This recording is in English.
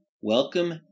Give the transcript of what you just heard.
welcome